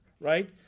right